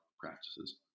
practices